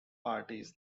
parties